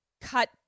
Cut